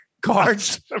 Cards